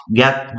get